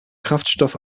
kraftstoff